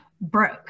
broke